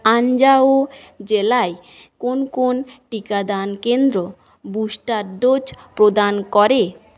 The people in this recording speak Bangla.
আনজাও জেলায় কোন কোন টিকাদান কেন্দ্র বুস্টার ডোজ প্রদান করে